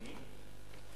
מי?